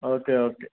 okay okay